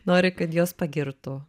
nori kad juos pagirtų